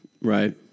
Right